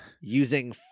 using